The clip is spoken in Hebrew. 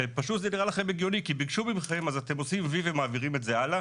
זה פשוט נראה לכם הגיוני כי ביקשו מכם ואתם עושים וי ומעבירים הלאה.